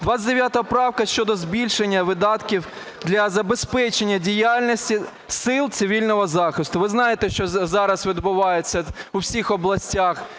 29 правка щодо збільшення видатків для забезпечення діяльності сил цивільного захисту. Ви знаєте, що зараз відбувається в усіх областях